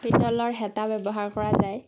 পিতলৰ হেতা ব্যৱহাৰ কৰা যায়